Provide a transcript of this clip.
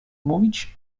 mówić